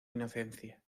inocencia